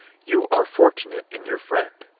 you are for tunate in your friend.